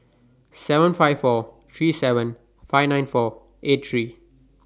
seven five four three seven five nine four eight three